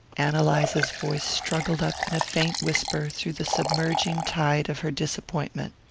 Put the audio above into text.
ann eliza's voice struggled up in a faint whisper through the submerging tide of her disappointment.